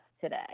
today